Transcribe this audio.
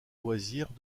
loisirs